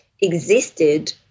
existed